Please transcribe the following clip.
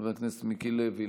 חבר הכנסת מיקי לוי,